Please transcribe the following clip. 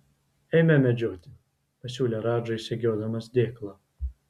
eime medžioti pasiūlė radžai segiodamas dėklą